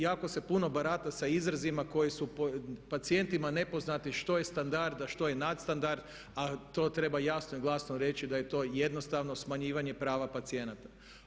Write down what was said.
Jako se puno barata sa izrazima koji su pacijentima nepoznati što je standard a što je nadstandard a to treba jasno i glasno reći da je to jednostavno smanjivanje prava pacijenata.